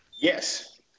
Yes